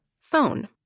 Phone